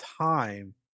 time